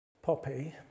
Poppy